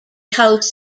hosts